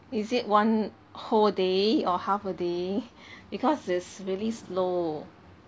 is it one whole day or half a day because it's really slow